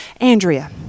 Andrea